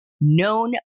known